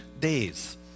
days